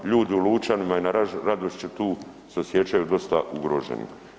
Ljudi u Lučanima i na Radošiću tu se osjećaju dosta ugroženi.